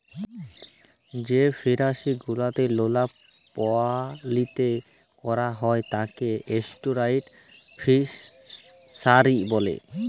যেই ফিশারি গুলো লোলা পালিতে ক্যরা হ্যয় তাকে এস্টুয়ারই ফিসারী ব্যলে